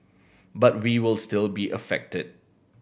but we will still be affected